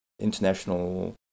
international